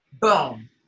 Boom